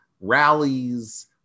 rallies